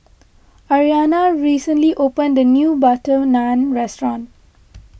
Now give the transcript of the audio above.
Ariana recently opened a new Butter Naan restaurant